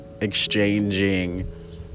exchanging